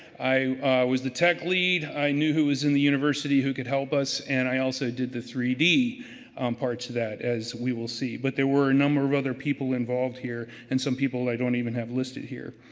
i was the tech lead, i knew who was in the university who could help us and i also did the three d parts of that, as we will see. but there were a number of other people involved here, here, and some people i don't even have listed here.